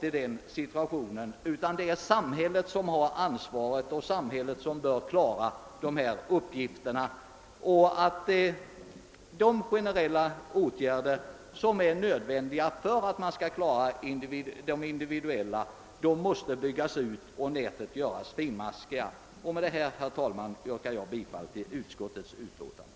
Det är samhället som har ansvaret för och bör handlägga dessa uppgifter. De generella åtgärder som är nödvändiga för att man skall klara de individuella måste vidtas, och nätet måste göras finmaskigare. Med detta, herr talman, yrkar jag bifall till utskottets hemställan.